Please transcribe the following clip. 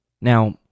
Now